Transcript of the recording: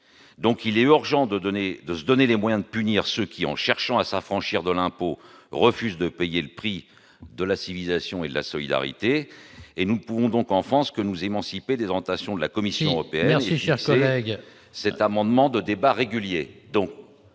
! Il est urgent de se donner les moyens de punir ceux qui, en cherchant à s'affranchir de l'impôt, refusent de payer le prix de la civilisation et de la solidarité. Nous ne pouvons donc, en France, que nous émanciper des orientations de la Commission européenne, ... Il faut conclure, cher